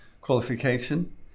qualification